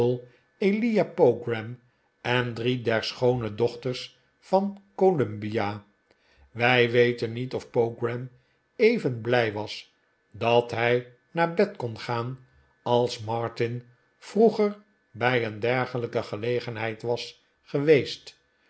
pogram en drie der schoone dochters van columbia wij weten niet of pogram even blij was dat hij naar bed kon gaan als martin vroeger bij een dergelijke gelegenheid was geweest